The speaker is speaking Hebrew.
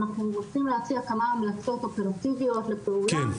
אנחנו רוצים להציע כמה המלצות אופרטיביות לפעולה,